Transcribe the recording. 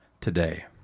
today